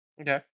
Okay